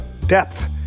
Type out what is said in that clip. depth